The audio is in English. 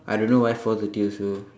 I don't know why four thirty also